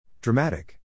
Dramatic